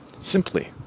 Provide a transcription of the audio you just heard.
simply